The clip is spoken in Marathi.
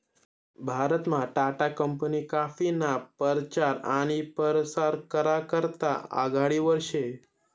भारतमा टाटा कंपनी काफीना परचार आनी परसार करा करता आघाडीवर शे